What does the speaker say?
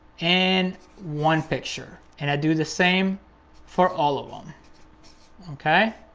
and one picture. and i do the same for all of them okay?